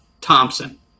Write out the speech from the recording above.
Thompson